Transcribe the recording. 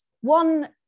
One